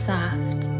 Soft